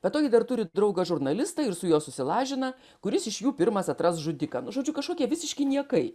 be to ji dar turi draugą žurnalistą ir su juo susilažina kuris iš jų pirmas atras žudiką nu žodžiu kažkokie visiški niekai